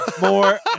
More